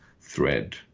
thread